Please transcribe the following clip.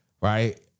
Right